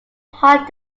hot